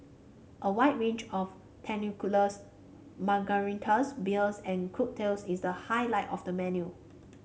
a wide range of tequilas margaritas beers and cocktails is the highlight of the menu